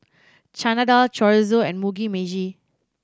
Chana Dal Chorizo and Mugi Meshi